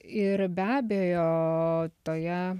ir be abejo toje